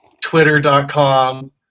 twitter.com